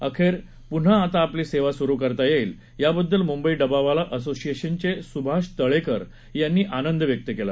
अखेर पुन्हा आता आपली सेवा सुरु करता येईल याबद्दल मुंबई डबावाला असोशिएशनचे सुभष तळेकर यांनी आंनद व्यक्त केला